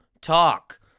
talk